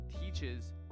teaches